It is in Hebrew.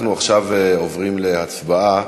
אנחנו עוברים עכשיו להצבעה